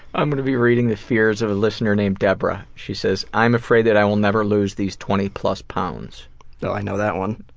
i'm gonna be reading the fears of a listener named debra. she says i'm afraid that i will never lose these twenty plus pounds so i know that one.